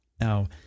Now